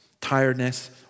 tiredness